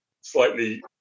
slightly